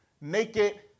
naked